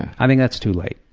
i think that's too late,